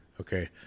Okay